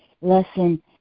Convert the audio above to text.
lesson